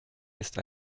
ist